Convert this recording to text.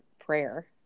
prayer